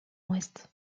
ouest